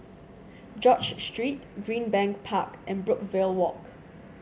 George Street Greenbank Park and Brookvale Walk